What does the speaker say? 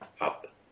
up